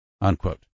unquote